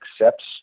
accepts